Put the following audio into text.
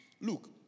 Look